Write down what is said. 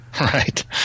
Right